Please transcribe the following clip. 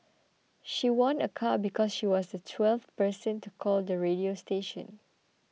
she won a car because she was the twelfth person to call the radio station